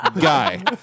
guy